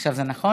עכשיו זה נכון?